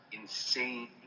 insane